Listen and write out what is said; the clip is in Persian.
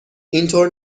اینطور